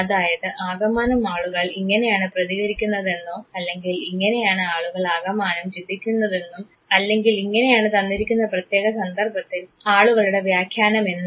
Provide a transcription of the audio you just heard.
അതായത് ആകമാനം ആളുകൾ ഇങ്ങനെയാണ് പ്രതികരിക്കുന്നത് എന്നോ അല്ലെങ്കിൽ ഇങ്ങനെയാണ് ആളുകൾ ആകമാനം ചിന്തിക്കുന്നതെന്നും അല്ലെങ്കിൽ ഇങ്ങനെയാണ് തന്നിരിക്കുന്ന പ്രത്യേക സന്ദർഭത്തിൽ ആളുകളുടെ വ്യാഖ്യാനം എന്നും